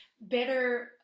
better